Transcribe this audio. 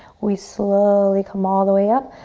we slowly come all the way up.